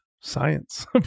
science